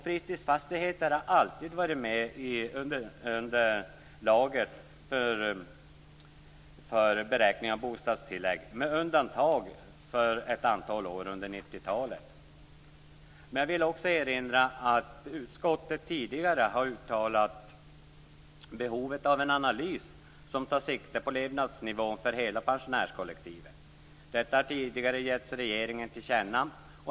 Fritidsfastigheter har också alltid varit med i underlaget för beräkning av bostadstillägg, med undantag för ett antal år under 90-talet. Jag vill också erinra om att utskottet tidigare har uttalat behovet av en analys som tar sikte på levnadsnivån för hela pensionärskollektivet. Detta har tidigare getts regeringen till känna.